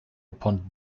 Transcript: upon